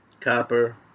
copper